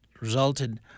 resulted